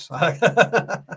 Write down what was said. Yes